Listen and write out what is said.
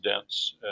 dense